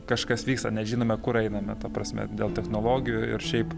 kažkas vyksta nežinome kur einame ta prasme dėl technologijų ir šiaip